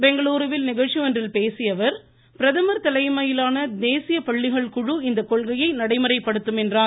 பெங்களுருவில் நிகழ்ச்சி ஒன்றில் பேசியஅவர் பிரதமர் தலைமையிலான தேசிய பள்ளிகள் குழு இந்த கொள்கையை நடைமுறைப்படுத்தும் என்றார்